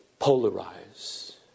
polarize